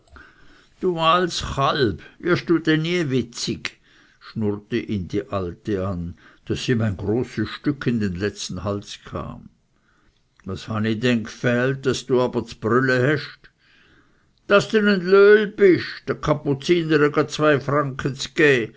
du de nie witzig schnurrte ihn die alte an daß ihm ein großes stück in den letzen hals kam was ha n i de g'fählt daß du aber z'brüele hesch daß de n e löhl